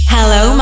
Hello